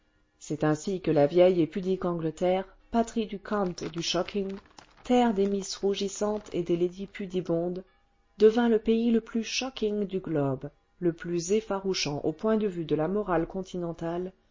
c'est ainsi que la vieille et pudique angleterre patrie du cant et du sjwckijig terre des misses rougissantes et des ladies pudibondes devint le pays le plus siocking du globe le plus effarouchant au point de vue de la morale continentale